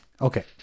Okay